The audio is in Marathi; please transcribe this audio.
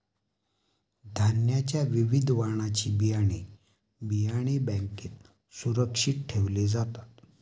धान्याच्या विविध वाणाची बियाणे, बियाणे बँकेत सुरक्षित ठेवले जातात